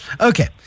Okay